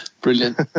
Brilliant